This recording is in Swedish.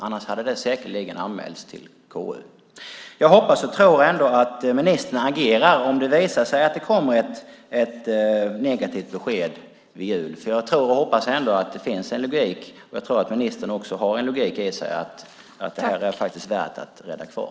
Annars hade det säkerligen anmälts till KU. Jag hoppas och tror ändå att ministern agerar om det visar sig att det kommer ett negativt besked vid jul. Jag tror och hoppas ändå att det finns en logik och jag tror att det också hos ministern finns en logik som säger att det här faktiskt är värt att rädda kvar.